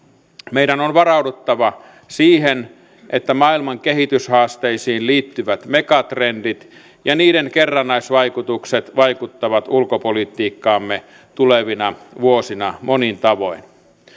meidän on varauduttava siihen että maailman kehityshaasteisiin liittyvät megatrendit ja niiden kerrannaisvaikutukset vaikuttavat ulkopolitiikkaamme tulevina vuosina monin tavoin